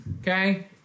okay